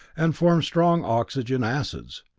and forms strong oxygen acids.